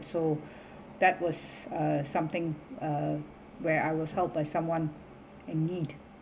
so that was uh something uh where I was help by someone in need